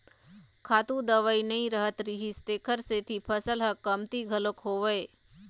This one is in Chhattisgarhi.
खातू दवई नइ रहत रिहिस तेखर सेती फसल ह कमती घलोक होवय